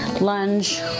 Lunge